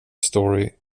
story